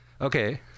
Okay